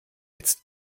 jetzt